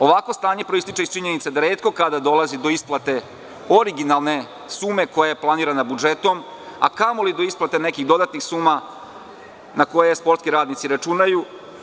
Ovako stanje proističe iz činjenice da retko kada dolazi do isplate originalne sume koja je planirana budžetom, a kamoli do isplate dodatnih suma na koje sportski radnici računaju.